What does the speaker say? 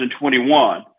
2021